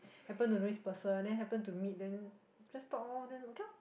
happen to know this person then happen to meet then just talk lor then okay lor